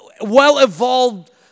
well-evolved